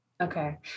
Okay